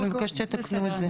אני מבקשת שתתקנו את זה.